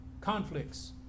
conflicts